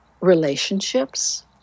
relationships